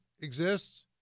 exists